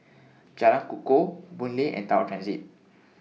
Jalan Kukoh Boon Lay and Tower Transit